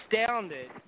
astounded